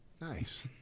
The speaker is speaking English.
Nice